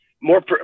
more